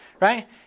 right